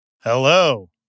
Hello